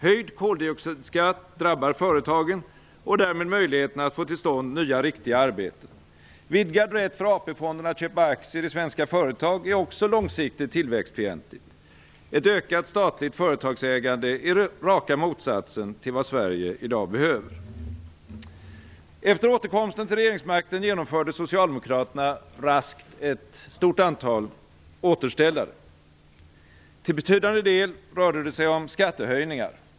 Höjd koldioxidskatt drabbar företagen och därmed möjligheterna att få till stånd nya riktiga arbeten. Vidgad rätt för AP-fonden att köpa aktier i svenska företag är också långsiktigt tillväxtfientligt. Ett ökat statligt företagsägande är raka motsatsen till vad Sverige i dag behöver. Efter återkomsten till regeringsmakten genomförde socialdemokraterna raskt ett stort antal återställare. Till betydande del rörde det sig om skattehöjningar.